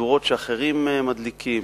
מדורות שאחרים מדליקים?